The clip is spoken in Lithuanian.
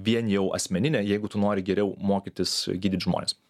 vien jau asmeninė jeigu tu nori geriau mokytis gydyt žmones